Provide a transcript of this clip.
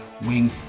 Wing